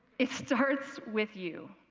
it starts with you.